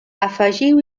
afegiu